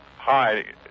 Hi